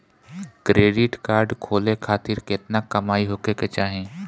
Credit card खोले खातिर केतना कमाई होखे के चाही?